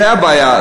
זו הבעיה.